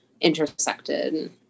intersected